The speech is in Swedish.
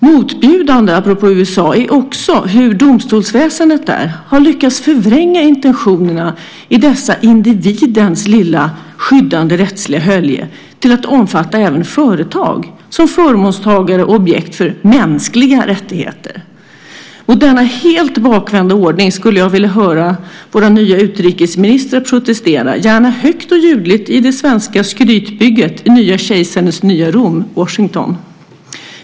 Motbjudande, apropå USA, är också hur domstolsväsendet där har lyckats förvränga intentionerna i dessa individens lilla skyddande rättsliga hölje till att omfatta även företag som förmånstagare och objekt för mänskliga rättigheter. Mot denna helt bakvända ordning skulle jag vilja höra våra nya utrikesministrar protestera, gärna högt och ljudligt, i det svenska skrytbygget i nya kejsarens nya Rom - Washington.